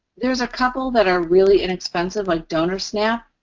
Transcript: there's a couple that are really inexpensive, like donor snap.